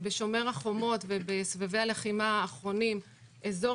בשומר החומות ובסבבי הלחימה האחרונים אזור